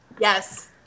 Yes